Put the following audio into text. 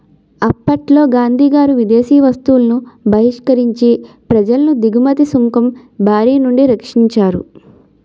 అప్పట్లో గాంధీగారు విదేశీ వస్తువులను బహిష్కరించి ప్రజలను దిగుమతి సుంకం బారినుండి రక్షించారు